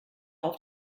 auf